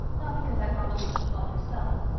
not because i thought you what you call yourself,